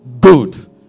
good